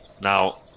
Now